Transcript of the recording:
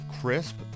crisp